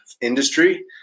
industry